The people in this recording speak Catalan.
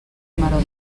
maror